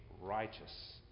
righteous